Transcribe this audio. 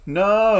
no